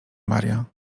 maria